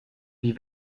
die